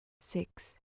six